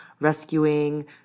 rescuing